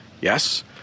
Yes